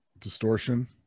distortion